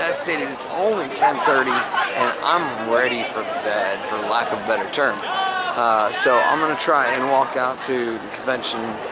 that stated, it's only ten-thirty and i'm ready for bed, for lack of a better term, so i'm going to try and walk out to the convention